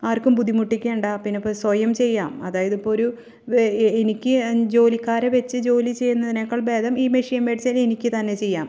ആർക്കും ബുദ്ധിമുട്ടിക്കേണ്ട പിന്നെ ഇപ്പോൾ സ്വയം ചെയ്യാം അതായത് ഇപ്പോൾ ഒരു എനിക്ക് ജോലിക്കാരെ വെച്ച് ജോലി ചെയ്യുന്നതിനേക്കാൾ ഭേദം ഈ മെഷീൻ വേടിച്ചാൽ എനിക്ക് തന്നെ ചെയ്യാം